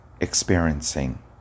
experiencing